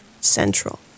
Central